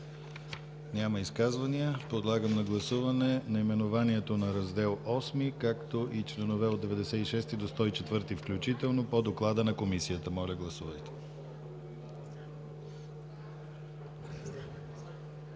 Няма изказвания. Подлагам на гласуване наименованието на Раздел IX, както и членове от 105 до 111 включително, по доклада на Комисията. Гласували